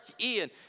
Ian